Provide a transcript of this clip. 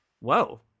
Whoa